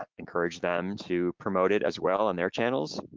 ah encourage them to promote it as well on their channels.